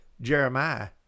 Jeremiah